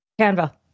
canva